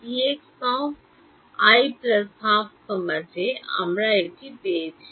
Exi 12 j এখন আমরা এটি পেয়ে যাচ্ছি